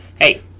Hey